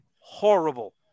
horrible